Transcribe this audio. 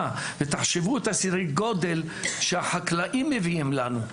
ותחשבו את הסדר גודל שהחקלאים מביאים לנו,